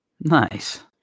Nice